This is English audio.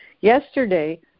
yesterday